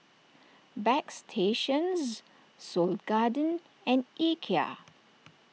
Bagstationz Seoul Garden and Ikea